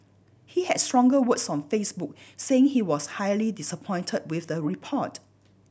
he had stronger words on Facebook saying he was highly disappointed with the report